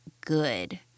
good